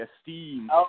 esteem